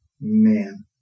Man